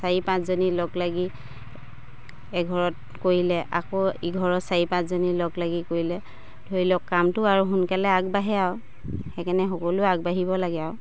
চাৰি পাঁচজনী লগ লাগি এঘৰত কৰিলে আকৌ ইঘৰত চাৰি পাঁচজনী লগ লাগি কৰিলে ধৰি লওক কামটো আৰু সোনকালে আগবাঢ়ে আৰু সেইকাৰণে সকলোৱে আগবাঢ়িব লাগে আৰু